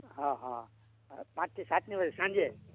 હા હા પાંચથી સાતની વચ્ચે સાંજે